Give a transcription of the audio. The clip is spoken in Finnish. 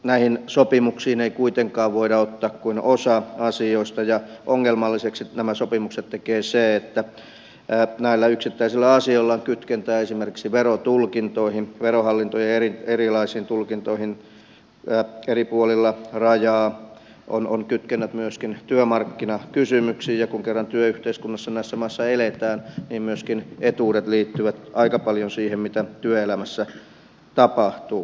näihin sopimuksiin ei kuitenkaan voida ottaa kuin osa asioista ja ongelmallisiksi nämä sopimukset tekee se että näillä yksittäisillä asioilla on kytkentää esimerkiksi verotulkintoihin verohallintojen erilaisiin tulkintoihin eri puolilla rajaa on kytkennät myöskin työmarkkinakysymyksiin ja kun kerran työyhteiskunnassa näissä maissa eletään niin myöskin etuudet liittyvät aika paljon siihen mitä työelämässä tapahtuu